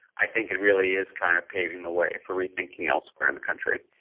i think it really is kind of paving the way for rethinking elsewhere in the country.